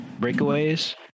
breakaways